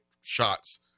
shots